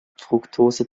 fruktose